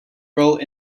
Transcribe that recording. role